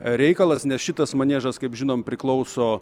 reikalas nes šitas maniežas kaip žinom priklauso